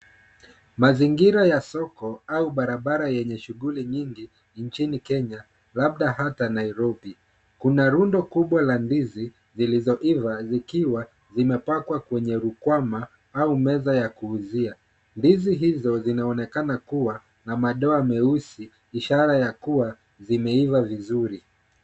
Mazingira ya soko au barabara yenye shughuli nyingi nchini Kenya labda hata Nairobi, kuna rundo kubwa la ndizi zilizoiva zikiwa zimepakwa kwenye rukwama au meza ya kuuzia. Ndizi hizo zinaonekana kuwa na madoa meusi ishara ya kuwa zimeiva vizuri.